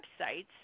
websites